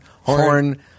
horn